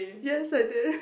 yes I think